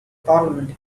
parliament